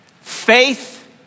Faith